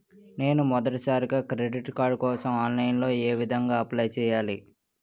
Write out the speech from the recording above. నేను మొదటిసారి credit card కోసం ఆన్లైన్ లో ఏ విధంగా అప్లై చేయాలి?